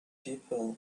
people